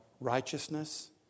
righteousness